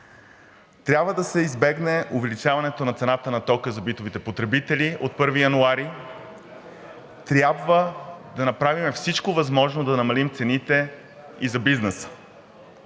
трябва да се избегне увеличаването на цената на тока за битовите потребители от 1 януари, трябва да направим всичко възможно да намалим цените и за бизнеса.